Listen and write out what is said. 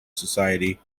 society